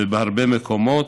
ובהרבה מקומות,